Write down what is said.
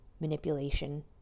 manipulation